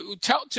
Tell